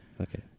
Okay